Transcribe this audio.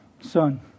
son